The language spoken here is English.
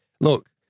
look